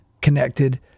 connected